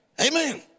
amen